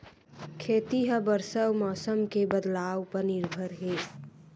खेती हा बरसा अउ मौसम के बदलाव उपर निर्भर हे